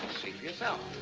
yourself.